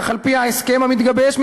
כך על-פי ההסכם המתגבש,